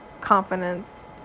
confidence